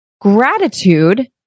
gratitude